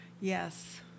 Yes